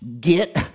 get